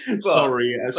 Sorry